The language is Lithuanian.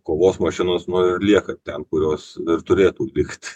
kovos mašinos nu ir lieka ten kurios ir turėtų likt